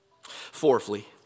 Fourthly